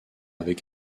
avec